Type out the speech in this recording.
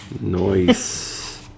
Noise